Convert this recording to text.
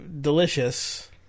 delicious